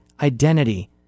identity